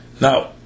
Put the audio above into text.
Now